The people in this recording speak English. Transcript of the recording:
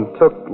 took